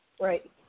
Right